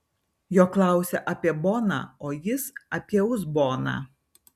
jo klausia apie boną o jis apie uzboną